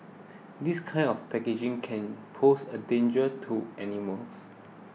this kind of packaging can pose a danger to animals